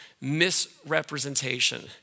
misrepresentation